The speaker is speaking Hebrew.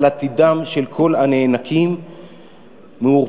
אבל עתידם של כל הנאנקים מעורפל,